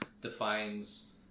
defines